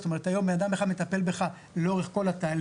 זאת אומרת שהיום בן אדם אחד מטפל בך לאורך כל התהליך.